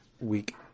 week